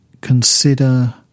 consider